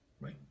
right